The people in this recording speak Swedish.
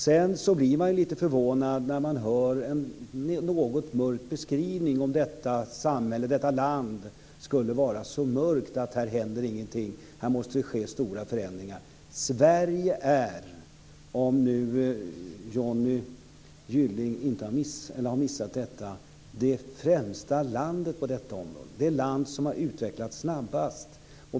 Man blir lite förvånad när man hör beskrivningen av detta land som så mörkt, att ingenting händer här och att det måste ske stora förändringar. Sverige är - om nu Johnny Gylling har missat detta - det främsta landet på detta område, det land som har utvecklats snabbast.